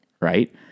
right